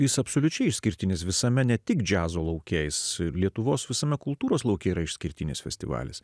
jūs absoliučiai išskirtinis visame ne tik džiazo lauke jis lietuvos visame kultūros lauke yra išskirtinis festivalis